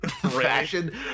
fashion